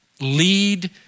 lead